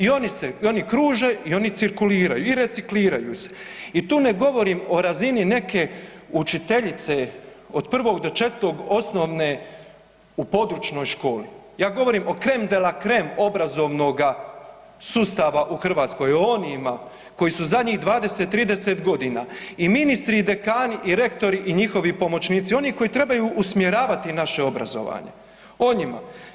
I oni kruže i oni cirkuliraju i recikliraju se i tu ne govorim o razini neke učiteljice od 1. do 4. osnovne u područnoj školi, ja govorim o creme de la creme obrazovnoga sustava u Hrvatskoj, o onima koji su zadnjih 20, 30 g. i ministri i dekani i rektori i njihovi pomoćnici, oni koji trebaju usmjeravati naše obrazovanje, o njima.